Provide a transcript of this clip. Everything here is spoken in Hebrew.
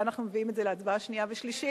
אנחנו מביאים את זה להצבעה בקריאה שנייה ושלישית,